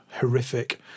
horrific